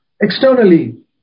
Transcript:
Externally